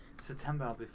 September